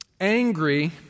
angry